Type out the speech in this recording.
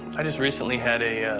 i just recently had a